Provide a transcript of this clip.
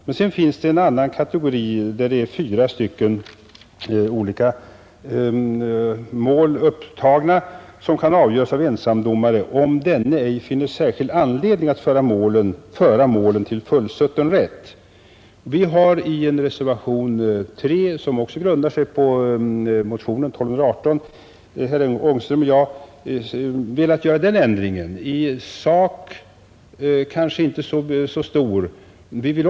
Men det finns också en annan kategori, där fyra olika slags mål är upptagna, vilka kan avgöras av ensam domare om denne ej finner särskild anledning att föra målen till fullsutten rätt. Herr Ångström och jag har i reservationen 3, som också grundar sig på motionen 1218, velat göra en ändring som kanske inte i sak är så stor.